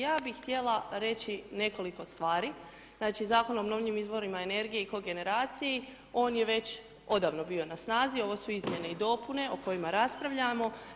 Ja bi htjela reći nekoliko stvari, znači Zakon o obnovljivim izvorima energije i kogeneraciji, on je već odavno bio na snazi, ovo su izmjene i dopune o kojima raspravljamo.